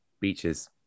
Beaches